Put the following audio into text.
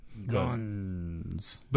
Guns